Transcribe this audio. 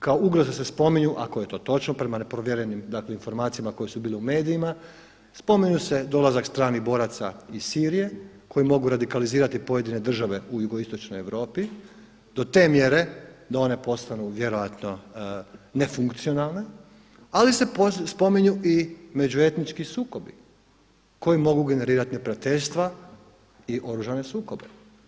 Kao ugroza se spominju ako je to točno prema neprovjerenim, dakle informacijama koje su bile u medijima, spominju se dolazak stranih boraca iz Sirije koji mogu radikalizirati pojedine države u jugoistočnoj Europi do te mjere da one postanu vjerojatno nefunkcionalne, ali se spominju i međuetnički sukobi koji mogu generirati neprijateljstva i oružane sukobe.